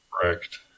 Correct